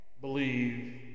believe